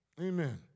Amen